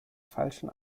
falschen